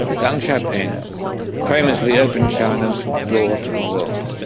deng xiaoping famously opened china's door to the world.